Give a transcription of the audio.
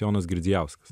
jonas girdzijauskas